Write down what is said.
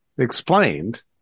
explained